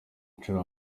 inshuro